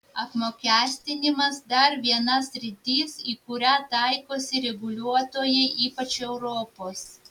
apmokestinimas dar viena sritis į kurią taikosi reguliuotojai ypač europos